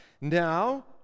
Now